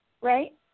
right